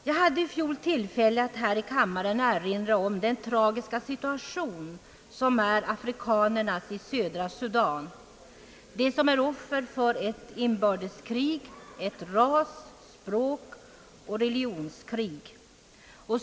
Jag hade i fjol tillfälle att här i kammaren erinra om den tragiska situation som är afrikanernas i södra Sudan, de som är offer för ett inbördeskrig, ett ras-, språkoch religionskrig.